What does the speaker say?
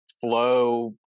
flow